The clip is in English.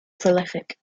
prolific